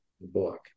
book